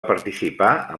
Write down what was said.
participar